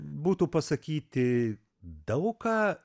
būtų pasakyti daug ką